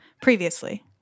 Previously